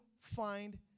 find